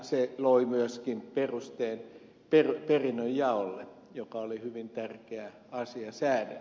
se loi myöskin perusteen perinnönjaolle joka oli hyvin tärkeä asia säädellä